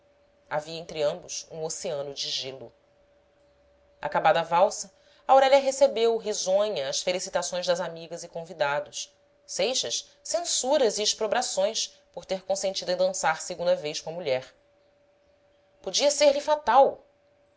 havia entre ambos um oceano de gelo acabada a valsa aurélia recebeu risonha as felicitações das amigas e convidados seixas censuras e exprobrações por ter consentido em dançar segunda vez com a mulher podia ser-lhe fatal